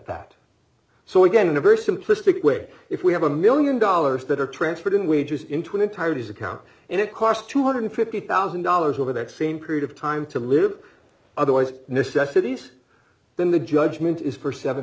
that so again in a very simplistic way if we have a million dollars that are transferred in wages into an entire day's account and it cost two hundred fifty thousand dollars over that same period of time to live otherwise necessities then the judgement is for seven